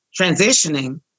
transitioning